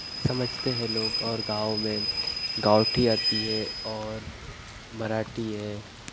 समझते हैं लोग और गाँव में गावटी आती है और मराठी है